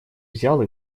взял